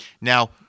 Now